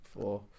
Four